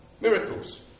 miracles